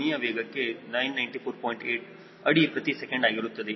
8 ಅಡಿ ಪ್ರತಿ ಸೆಕೆಂಡ್ ಆಗಿರುತ್ತದೆ